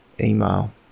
email